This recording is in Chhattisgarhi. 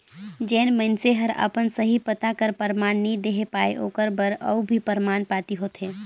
जेन मइनसे हर अपन सही पता कर परमान नी देहे पाए ओकर बर अउ भी परमान पाती होथे